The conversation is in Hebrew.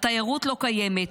התיירות לא קיימת,